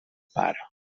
pare